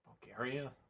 Bulgaria